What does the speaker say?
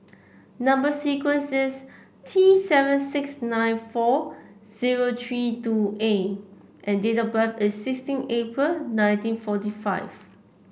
number sequence is T seven six nine four zero three two A and date of birth is sixteen April nineteen forty five